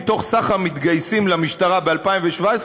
מתוך סך המתגייסים למשטרה ב-2017,